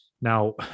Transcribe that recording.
Now